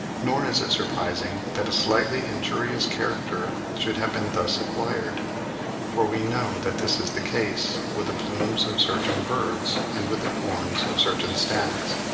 nor is it surprising that a slightly injurious character should have been thus acquired for we know that this is the case with the plumes of certain birds, and with the horns of certain stags.